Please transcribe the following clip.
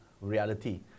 reality